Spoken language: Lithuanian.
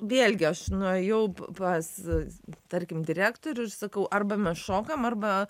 vėlgi aš nuėjau pas tarkim direktorių ir sakau arba mes šokam arba